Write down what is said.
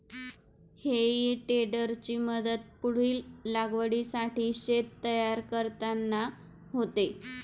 हेई टेडरची मदत पुढील लागवडीसाठी शेत तयार करताना होते